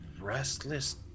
Restless